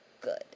good